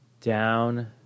Down